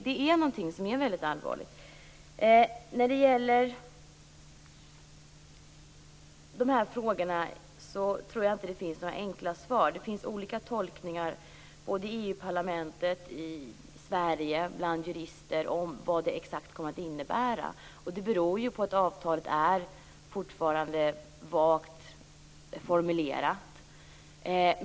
Det är någonting som är väldigt allvarligt. När det gäller de här frågorna tror jag inte att det finns några enkla svar. Det finns olika tolkningar bland jurister både i EU-parlamentet och i Sverige om vad det exakt kommer att innebära. Det beror på att avtalet fortfarande är vagt formulerat.